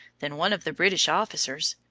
then one of the british officers,